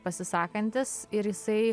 pasisakantis ir jisai